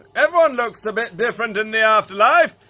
everyone looks a bit different in the afterlife!